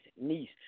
niece